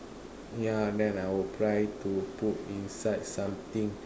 yeah then I would try to put inside something